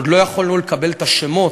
עוד לא יכולנו לקבל את השמות,